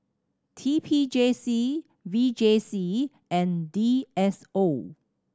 T P J C V J C and D S O